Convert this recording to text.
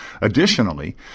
Additionally